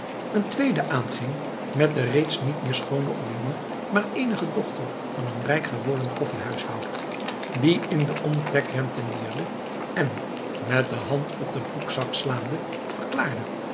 een tweede aanging met de reeds niet meer schoone of jonge maar eenige dochter van een rijk geworden koffiehuishouder die in den omtrek rentenierde en met de hand op den broekzak slaande verklaarde